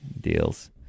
deals